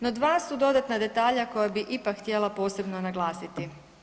No dva su dodatna detalja koje bi ipak htjela posebno naglasiti.